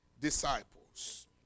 disciples